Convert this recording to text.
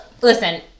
listen